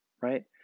right